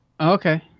okay